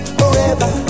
forever